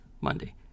Monday